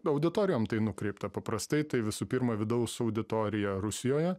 auditorijom tai nukreipta paprastai tai visų pirma vidaus auditorija rusijoje